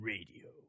Radio